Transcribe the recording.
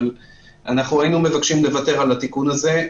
אבל היינו מבקשים לוותר על התיקון הזה.